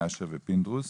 אשר ופינדרוס